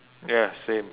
ya same